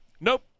nope